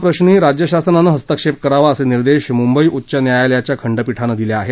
औरंगाबादच्या कचरा प्रश्री राज्यशासनानं हस्तक्षेप करावा असे निर्देश मुंबई उच्च न्यायालयाच्या खंडपीठानं दिले आहेत